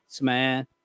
man